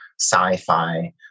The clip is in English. sci-fi